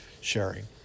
sharing